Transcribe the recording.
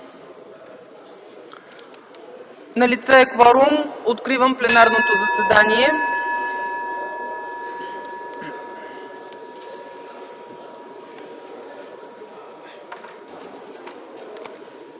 Налице е кворум, откривам пленарното заседание.